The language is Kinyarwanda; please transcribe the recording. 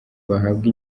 bahabwa